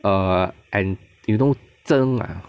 err and you know zhng ah